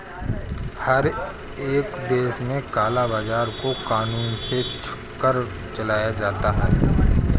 हर एक देश में काला बाजार को कानून से छुपकर चलाया जाता है